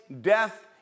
death